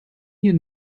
hier